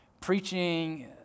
Preaching